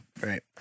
Right